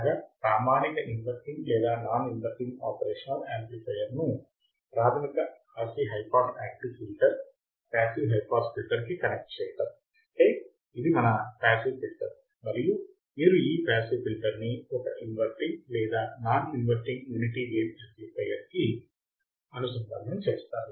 అనగా ప్రామాణిక ఇన్వర్టింగ్ లేదా నాన్ ఇన్వర్టింగ్ ఆపరేషనల్ యాంప్లిఫయర్ ను ప్రాథమిక RC high pass active filter passive high pass filter కి కనెక్ట్ చేయడం అంటే ఇది మన పాసివ్ ఫిల్టర్ మరియు మీరు ఈ పాసివ్ ఫిల్టర్ ని ఒక ఇన్వర్టింగ్ లేదా non inverting unity gain amplifier కి అనుసంధానము చేస్తారు